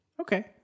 Okay